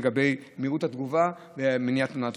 לגבי מהירות התגובה ומניעת תאונות דרכים.